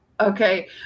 okay